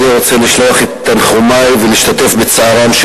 אני רוצה לשלוח את תנחומי ולהשתתף בצערן של